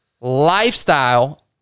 lifestyle